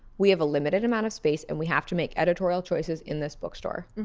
we have a limited amount of space and we have to make editorial choices in this bookstore,